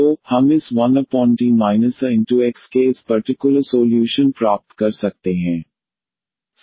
तो हम इस 1D aX के इस पर्टिकुलर सोल्यूशन प्राप्त कर सकते हैं